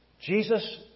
Jesus